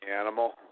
animal